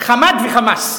חמד וחמס.